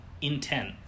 Intent